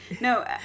No